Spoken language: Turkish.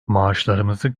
maaşlarımızı